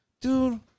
dude